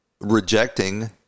rejecting